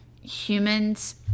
humans